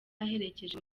yaherekeje